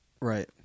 Right